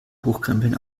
hochkrempeln